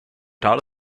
taught